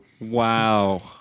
Wow